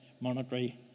Monetary